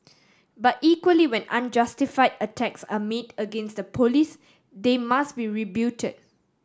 but equally when unjustified attacks are made against the Police they must be rebutted